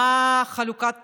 מה חלוקת התפקידים,